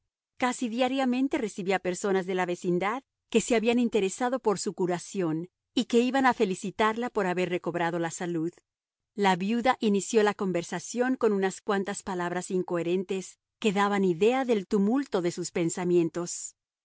casi diariamente recibía personas de la vecindad que se habían interesado por su curación y que iban a felicitarla por haber recobrado la salud la viuda inició la conversación con unas cuantas palabras incoherentes que daban idea del tumulto de sus pensamientos